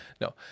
No